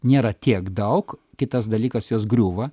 nėra tiek daug kitas dalykas jos griūva